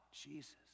Jesus